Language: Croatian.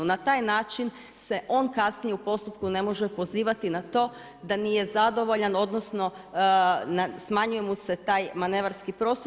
Na taj način se on kasnije u postupku ne može pozivati na to da nije zadovoljan, odnosno smanjuje mu se taj manevarski prostor.